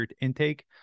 intake